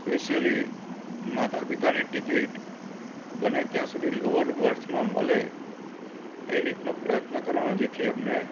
specially માતા પિતાની ticket બને ત્યાં સુધી લોવર બર્થમાં મળે એ રીતનો પ્રયત્ન કરવાનો જેથી અમને